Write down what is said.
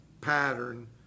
pattern